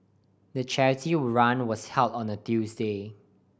the charity run was held on a Tuesday